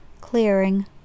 clearing